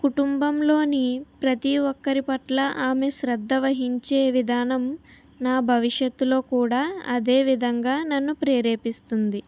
కుటుంబంలోని ప్రతి ఒక్కరి పట్ల ఆమె శ్రద్ధ వహించే విధానం నా భవిష్యత్తులో కూడా అదే విధంగా నన్ను ప్రేరేపిస్తుంది